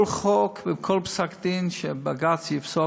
כל חוק וכל פסק דין שבג"ץ יפסוק,